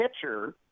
pitcher